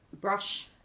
brush